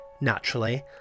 naturally